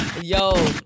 Yo